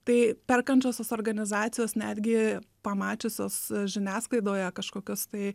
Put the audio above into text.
tai perkančiosios organizacijos netgi pamačiusios žiniasklaidoje kažkokius tai